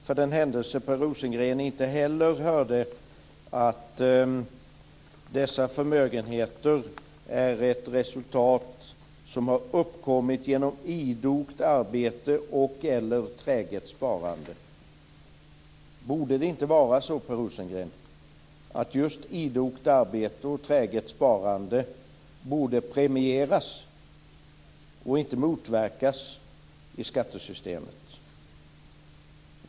För den händelse Per Rosengren inte heller hörde det vill jag upprepa att dessa förmögenheter är ett resultat som har uppkommit genom idogt arbete eller träget sparande. Borde det inte vara så, Per Rosengren, att just idogt arbete och träget sparande borde premieras och inte motverkas i skattesystemet?